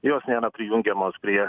jos nėra prijungiamos prie